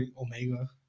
Omega